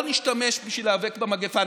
לא נשתמש בשביל להיאבק במגפה.